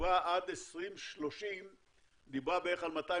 שדיברה עד 2030 דיברה בערך על 250